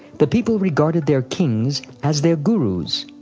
the people regarded their kings as their gurus.